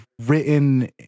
written